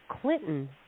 Clinton